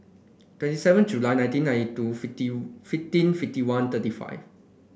twenty seven July nineteen ninety two fifteen fifteen fifty one thirty five